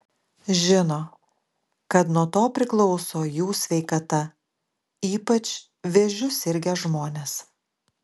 žino kad nuo to priklauso jų sveikata ypač vėžiu sirgę žmonės